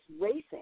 racing